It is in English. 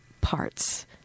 parts